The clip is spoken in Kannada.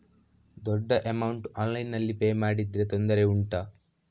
ದೊಡ್ಡ ಅಮೌಂಟ್ ಆನ್ಲೈನ್ನಲ್ಲಿ ಪೇ ಮಾಡಿದ್ರೆ ತೊಂದರೆ ಉಂಟಾ?